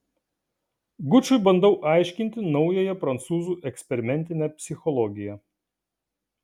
gučui bandau aiškinti naująją prancūzų eksperimentinę psichologiją